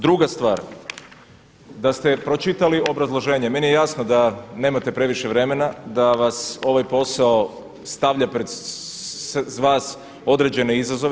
Druga stvar, da ste pročitali obrazloženje, meni je jasno da nemate previše vremena, da vas ovaj posao stavlja pred vas određene izazove.